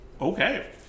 okay